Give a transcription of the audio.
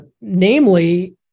namely